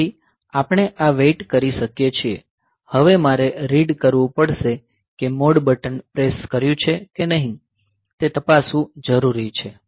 તેથી આપણે આ માટે વેઇટ કરી શકીએ છીએ હવે મારે રીડ કરવું પડશે કે મોડ બટન પ્રેસ કર્યું છે કે નહીં તે તપાસવું જરૂરી છે